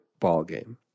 ballgame